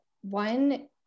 one